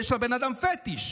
יש לבן אדם פטיש.